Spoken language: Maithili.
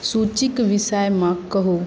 सुचीक विषयमे कहू